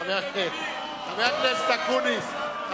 חבר הכנסת אקוניס.